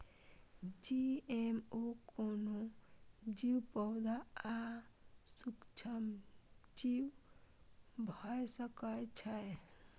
GMO कोनो जीव, पौधा आ सूक्ष्मजीव भए सकै छै